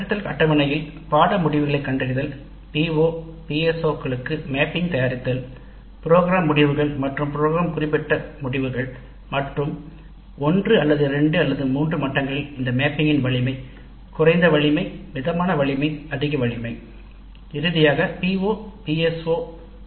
வகைபிரித்தல் அட்டவணையில் பாடநெறி முடிவுகளைக் கண்டறிதல் PO PSO களுக்கு நிச்சயமாக மேப்பிங் தயாரித்தல் நிரல் முடிவுகள் மற்றும் நிரலுக்கான குறிப்பிட்ட முடிவுகள் ஆகியவற்றை தயாரித்தல் மற்றும் குறைந்த வலிமை 1 அல்லது மிதமான வலிமை 2 அல்லது அதிக வலிமை 3 மட்டங்களில் இந்த மேப்பிங்கின் வலிமை வகைப்படுத்துதல் முக்கியமாகும்